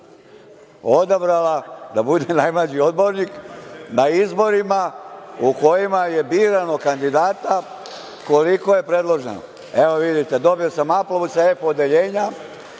odabrala da bude najmlađi odbornik na izborima u kojima je birano kandidata koliko je predloženo. Evo vidite, dobio sam aplauz sa F-odeljenja